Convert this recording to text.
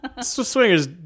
Swingers